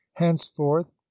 henceforth